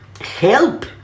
help